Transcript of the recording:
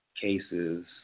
cases